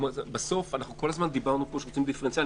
כל הזמן דיברנו שעושים דיפרנציאציה.